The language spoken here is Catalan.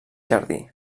jardí